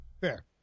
Fair